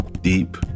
Deep